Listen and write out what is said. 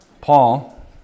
Paul